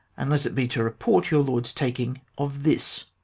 unless it be to report your lord's taking of this.